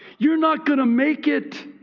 you're not going to make it